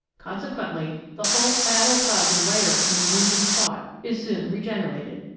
consequently the whole hyaloplasm layer in the wounded spot is soon regenerated.